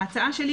ההצעה שלי,